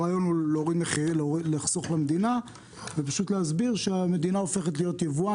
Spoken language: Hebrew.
הרעיון הוא לחסוך למדינה ופשוט להסביר שהמדינה הופכת להיות יבואן.